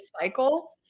cycle